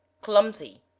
clumsy